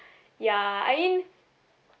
ya I mean